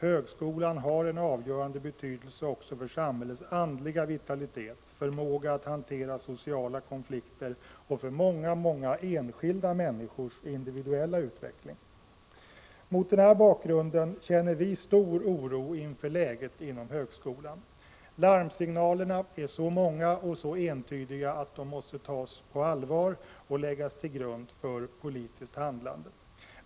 Högskolan har en avgörande betydelse också för samhällets andliga vitalisering, förmåga att hantera sociala konflikter och för många enskilda människors individuella utveckling. Mot denna bakgrund känner vi stor oro inför läget inom högskolan. Larmsignalerna är så många och så entydiga att de måste tas på allvar och läggas till grund för politiskt handlande.